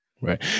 Right